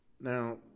Now